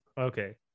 Okay